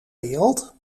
wereld